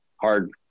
hard